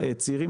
הצעירים